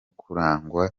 kurangwa